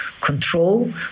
control